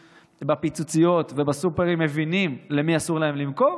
בפיצוציות ובסופרים מבינים למי אסור להם למכור.